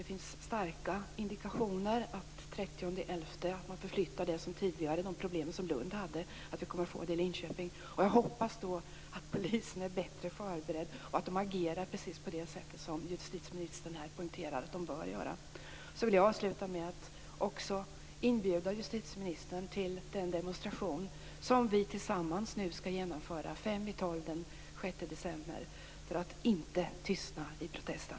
Det finns starka indikationer på att de problem som man tidigare hade i Lund förflyttas till Linköping den 30 november. Jag hoppas att polisen då är bättre förberedd och agerar precis på det sätt som justitieministern här poängterar att den bör göra. Jag vill avsluta med att inbjuda justitieministern till den demonstration som vi tillsammans nu skall genomföra fem i tolv den 6 december för att inte tystna i protesten.